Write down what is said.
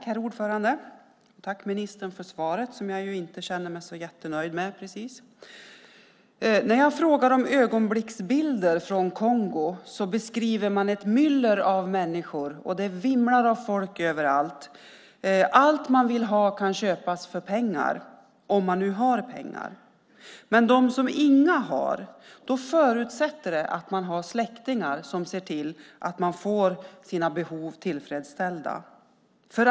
Herr talman! Jag tackar ministern för svaret, som jag inte känner mig så jättenöjd med. När jag frågar om ögonblicksbilder från Kongo beskriver man ett myller av människor, och det vimlar av folk överallt. Allt man vill ha kan köpas för pengar, om man nu har pengar. Men om man inte har några pengar förutsätter det att man har släktingar som ser till att man får sina behov tillgodosedda.